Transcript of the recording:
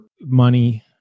money